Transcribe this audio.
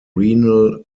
renal